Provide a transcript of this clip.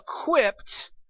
equipped